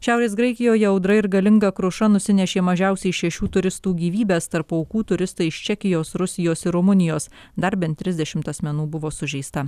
šiaurės graikijoje audra ir galinga kruša nusinešė mažiausiai šešių turistų gyvybes tarp aukų turistai iš čekijos rusijos ir rumunijos dar bent trisdešimt asmenų buvo sužeista